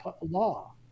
law